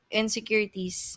insecurities